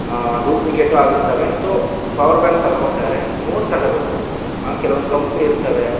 duplicate ಆಗಿರ್ತವೆ so power bank ತಗಬೇಕಾರೆ ನೋಡಿ ತಗಬೇಕು ಆ ಕೆಲವೊಂದು ಕಂಪ್ನಿ ಇರ್ತಾವೆ